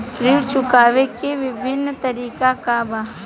ऋण चुकावे के विभिन्न तरीका का बा?